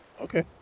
Okay